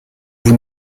vous